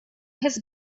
his